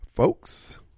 Folks